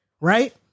right